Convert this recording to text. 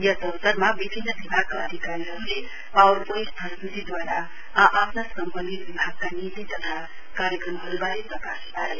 यस अवसरमा विभिन्न विभागका अधिकारीहरु पावर पोइन्ट प्रस्त्तीदवारा आ आफ्ना सम्वन्धित विभागका नीति तथा कार्यक्रमहरुवारे प्रकाश पारे